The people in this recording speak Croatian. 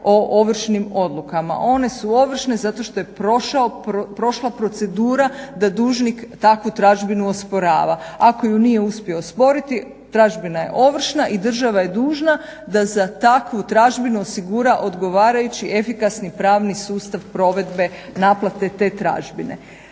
o ovršnim odlukama. One su ovršne zato što je prošla procedura da dužnik takvu tražbinu osporava. Ako ju nije uspio osporiti tražbina je ovršna i država je dužna da za takvu tražbinu osigura odgovarajući efikasni pravni sustav provedbe naplate te tražbine.